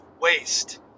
waste